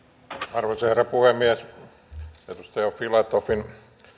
arvoisa herra puhemies edustaja filatovin